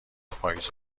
پاییز